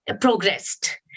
progressed